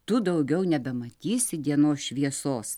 tu daugiau nebematysi dienos šviesos